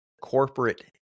corporate